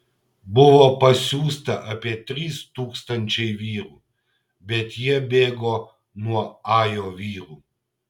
buvo pasiųsta apie trys tūkstančiai vyrų bet jie bėgo nuo ajo vyrų